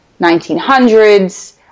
1900s